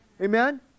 Amen